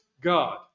God